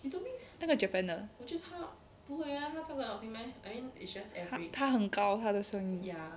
那个 japan 的他他很高他的声音